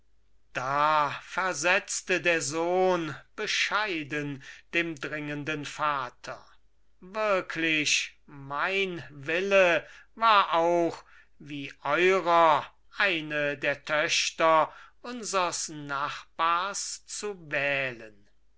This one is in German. da versetzte der sohn bescheiden dem dringenden vater wirklich mein wille war auch wie eurer eine der töchter unsers nachbars zu wählen